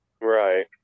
right